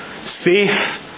Safe